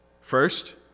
First